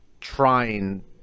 trying